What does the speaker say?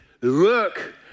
Look